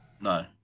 No